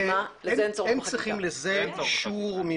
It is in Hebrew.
הם צריכים לזה אישור ממדינת ישראל.